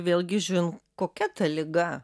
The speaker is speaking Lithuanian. vėlgi žiūrint kokia ta liga